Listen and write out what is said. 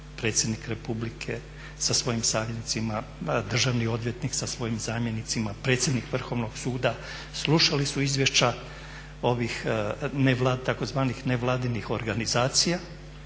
Predsjednik Republike sa svojim savjetnicima, državni odvjetnik sa svojim zamjenicima, Predsjednik Vrhovnog suda, slušali su izvješća ovih tzv. nevladinih organizacija